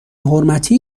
حرمتی